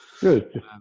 good